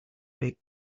wait